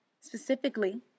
specifically